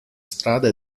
strada